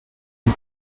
ils